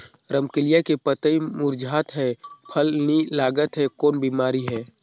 रमकलिया के पतई मुरझात हे फल नी लागत हे कौन बिमारी हे?